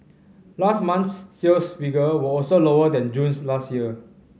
last month's sales figure were also lower than June's last year